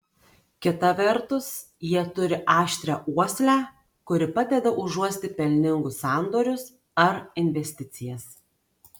kita vertus jie turi aštrią uoslę kuri padeda užuosti pelningus sandorius ar investicijas